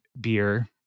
beer